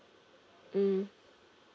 mm